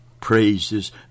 praises